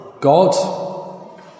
God